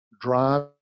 drive